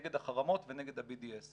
נגד החרמות ונגד ה-BDS.